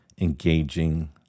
engaging